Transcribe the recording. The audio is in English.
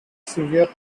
severe